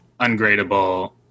ungradable